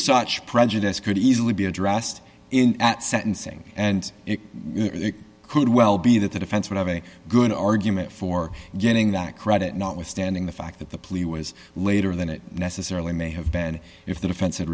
such prejudice could easily be addressed in at sentencing and it could well be that the defense would have a good argument for getting that credit notwithstanding the fact that the police was later than it necessarily may have been if the defens